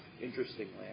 interestingly